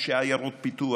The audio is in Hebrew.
אנשי עיירות פיתוח,